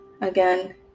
again